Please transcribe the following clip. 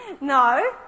no